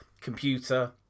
computer